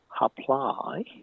apply